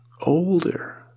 older